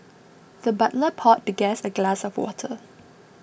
the butler poured the guest a glass of water